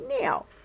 now